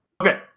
Okay